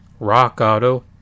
RockAuto